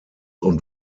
und